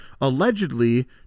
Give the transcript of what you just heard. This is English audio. allegedly